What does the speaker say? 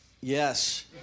Yes